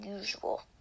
usual